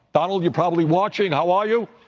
donald, you're probably watching, how are you?